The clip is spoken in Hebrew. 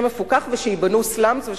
מפוקח ושייבנו סלאמס עם דירות זולות,